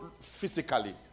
physically